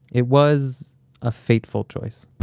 it was a fateful choice.